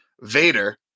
Vader